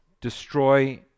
destroy